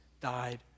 died